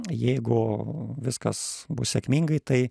jeigu viskas bus sėkmingai tai